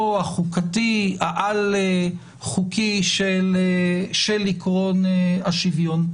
החוקתי העל-חוקי של עיקרון השוויון.